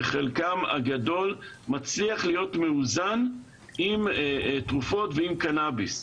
חלקם הגדול מצליח להיות מאוזן עם תרופות ועם קנביס,